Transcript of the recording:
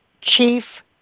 chief